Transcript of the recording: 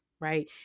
right